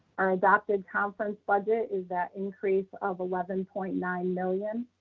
our adopted conference budget is that increase of eleven point nine million.